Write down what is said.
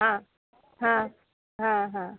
हा हा हा हा